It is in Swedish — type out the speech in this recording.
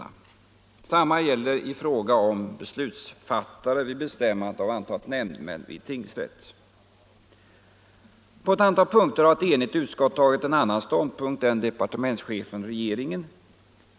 Detsamma gäller i fråga om beslutsfattare vid bestämmandet av antalet nämndemän vid tingsrätt. På ett antal punkter har ett enigt utskott intagit en annan ståndpunkt än departementschefen och regeringen.